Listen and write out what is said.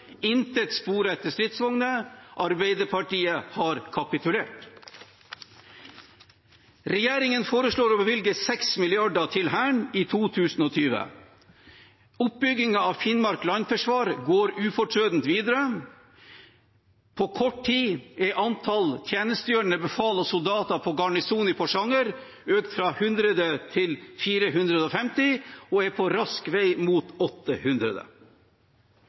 spor etter stridsvogner. Arbeiderpartiet har kapitulert. Regjeringen foreslår å bevilge 6 mrd. kr til Hæren i 2020. Oppbyggingen av Finnmark landforsvar går ufortrødent videre. På kort tid er antall tjenestegjørende befal og soldater på garnisonen i Porsanger økt fra 100 til 450 og er på rask vei mot